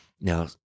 Now